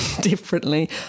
differently